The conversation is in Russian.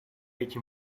этим